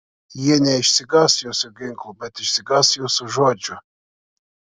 jie neišsigąs jūsų ginklų bet išsigąs jūsų žodžių